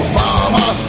mama